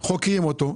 חוקרים אותו?